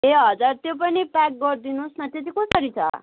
ए हजुर त्यो पनि प्याक गरिदिनु होस् न त्यो चाहिँ कसरी छ